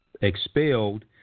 expelled